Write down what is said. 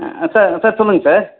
sir sir சொல்லுங்கள் sir